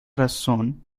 razón